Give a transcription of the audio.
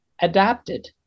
adapted